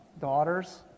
daughters